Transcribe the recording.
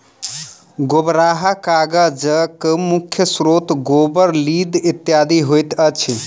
गोबराहा कागजक मुख्य स्रोत गोबर, लीद इत्यादि होइत अछि